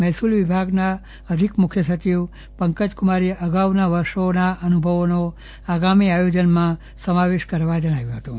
મહેસુલ વિભાગના અધિક મુખ્ય સચિવ પંકજ કુમારે અગાઉના વર્ષોના અનુભવોનો આગામી આયોજનમાં સમાવેશ કરવા જણાવ્યું હતું